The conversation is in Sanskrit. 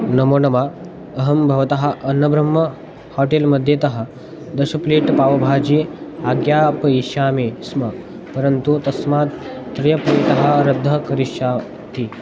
नमो नमः अहं भवतः अन्नब्रम्म होटिल् मध्ये तः दश प्लेट् पावभाजी आज्ञापयिष्यामि स्म परन्तु तस्मात् त्रयप्लेटः रद्दः करिष्यति